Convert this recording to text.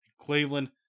Cleveland